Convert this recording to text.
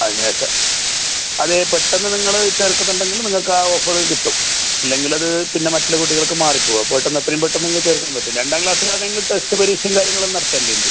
അതിന് ശേഷം അത് പെട്ടെന്ന് നിങ്ങൾ ചേർക്കുന്നണ്ടെങ്കിൽ നിങ്ങൾക്ക് ആ ഓഫറ് കിട്ടും ഇല്ലെങ്കിൽ അത് പിന്നെ മറ്റ് ഉള്ള കുട്ടികൾക്ക് മാറി പോവും പെട്ടെന്ന് എത്രയും പെട്ടെന്ന് ഉള്ള ചേർക്കാൻ പറ്റും രണ്ടാം ക്ലാസ്സിന് ആണെങ്കിൽ ടെസ്റ്റ് പരീക്ഷയും കാര്യങ്ങളും നടത്തേണ്ടതുണ്ട്